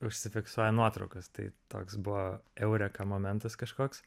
užsifiksuoja nuotraukos tai toks buvo eureka momentas kažkoks